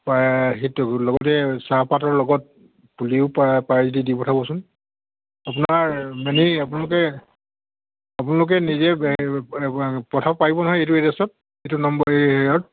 সেইটো লগতে চাহপাতৰ লগত পুলিও পাৰে পাৰে যদি দি পঠাবচোন আপোনাৰ মানে এই আপোনালোকে আপোনালোকে নিজে পঠাব পাৰিব নহয় এইটো এড্ৰেছত এইটো নম্বৰ এই হেৰিয়াত